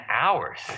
hours